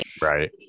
Right